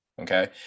Okay